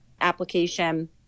application